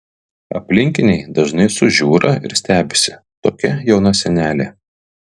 aplinkiniai dažnai sužiūra ir stebisi tokia jauna senelė